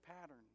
pattern